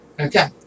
Okay